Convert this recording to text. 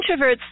introverts